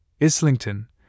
Islington